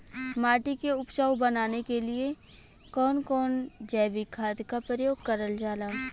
माटी के उपजाऊ बनाने के लिए कौन कौन जैविक खाद का प्रयोग करल जाला?